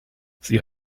sie